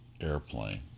airplane